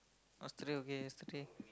yesterday okay yesterday